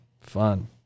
fun